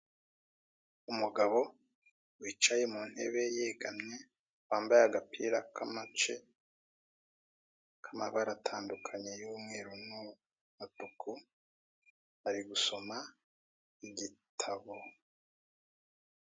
Umugabo wicaye mu ntebe yegamye, wambaye agapira k'amace, k'amabara atandukanye y'umweru n'umutuku, ari gusoma igitabo.